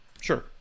Sure